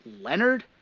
Leonard